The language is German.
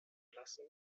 lassen